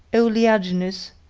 oleaginous,